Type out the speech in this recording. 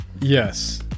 Yes